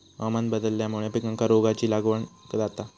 हवामान बदलल्यामुळे पिकांका रोगाची लागण जाता